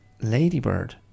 ladybird